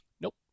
nope